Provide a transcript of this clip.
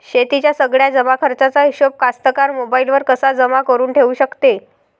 शेतीच्या सगळ्या जमाखर्चाचा हिशोब कास्तकार मोबाईलवर कसा जमा करुन ठेऊ शकते?